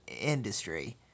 industry